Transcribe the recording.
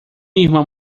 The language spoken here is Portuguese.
irmão